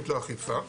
האכיפה.